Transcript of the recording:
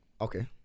Okay